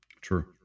true